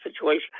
situation